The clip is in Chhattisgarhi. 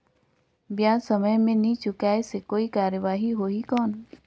ब्याज समय मे नी चुकाय से कोई कार्रवाही होही कौन?